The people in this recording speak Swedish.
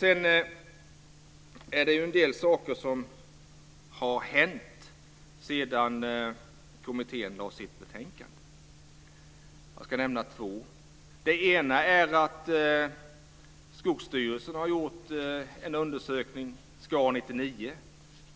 Det har hänt en del saker sedan kommittén lade fram sitt betänkande. Jag ska nämna två. Den ena är att Skogsstyrelsen har gjort en undersökning, SKA 99,